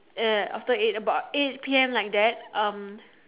ya ya after eight about eight P_M like that um